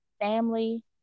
family